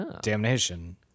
Damnation